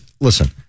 Listen